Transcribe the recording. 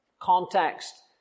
Context